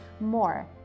more